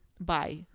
Bye